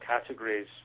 categories